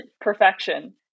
perfection